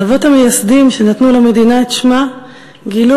האבות המייסדים שנתנו למדינה את שמה גילו